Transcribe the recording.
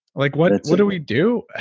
like, what what do we do?